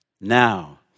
now